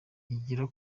igira